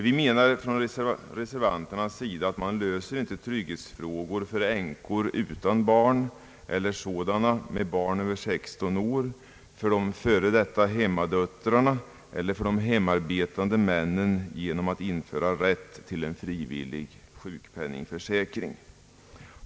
Vi reservanter menar att man inte löser trygghetsfrågorna för änkor utan barn eller sådana med barn över 16 år, för de f. d. hemmadöttrarna eller för de hemarbetande männen genom att införa rätt till en frivillig sjukpenningförsäkring.